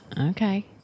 Okay